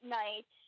night